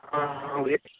हाँ हाँ जी